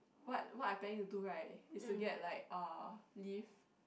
what what I planning to do right is to get like uh leave